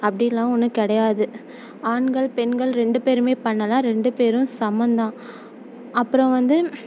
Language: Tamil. அப்படிலாம் ஒன்றும் கிடையாது ஆண்கள் பெண்கள் ரெண்டு பேருமே பண்ணலாம் ரெண்டு பேரும் சமம் தான் அப்புறம் வந்து